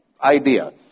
idea